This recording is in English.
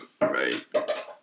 Right